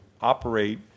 operate